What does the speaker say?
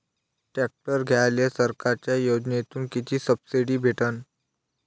Tractor घ्यायले सरकारच्या योजनेतून किती सबसिडी भेटन?